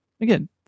again